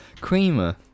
Creamer